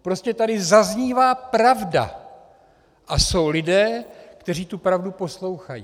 Prostě tady zaznívá pravda a jsou lidé, kteří tu pravdu poslouchají.